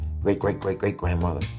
great-great-great-great-grandmother